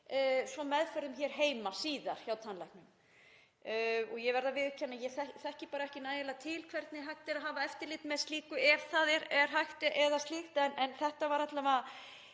í meðförum hér heima síðar hjá tannlæknum. Ég verð að viðurkenna að ég þekki ekki nægilega til hvernig hægt er að hafa eftirlit með slíku ef það er hægt eða slíkt. En þetta var alla vega